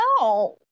no